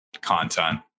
content